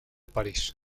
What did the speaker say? parís